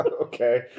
Okay